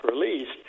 released